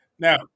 Now